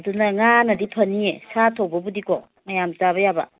ꯑꯗꯨꯅ ꯉꯥꯅꯗꯤ ꯐꯅꯤ ꯁꯥ ꯇꯧꯕꯕꯨꯗꯤꯀꯣ ꯃꯌꯥꯝ ꯆꯥꯕ ꯌꯥꯕ